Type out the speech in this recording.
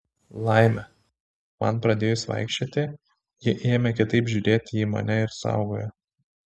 laimė man pradėjus vaikščioti ji ėmė kitaip žiūrėti į mane ir saugojo